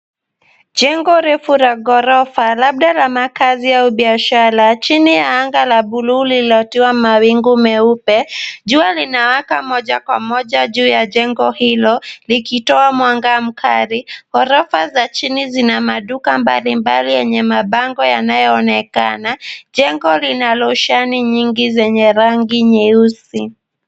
Jengo refu la ghorofa, labda la makazi au biashara chini ya anga la buluu lililotiwa mawingu meupe. Jua linawaka moja kwa moja juu ya jengo hilo, likitoa mwanga mkali. Ghorofa za chini zina maduka mbalimbali yenye mabango yanayoonekana. Jengo lina roshani nyingi zenye rangi nyeusi.